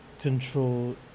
control